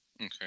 okay